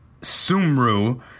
Sumru